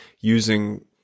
using